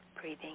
Breathing